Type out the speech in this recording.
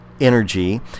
energy